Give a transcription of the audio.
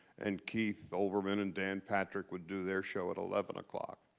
and keith olbermann and dan patrick would do their show at eleven o'clock.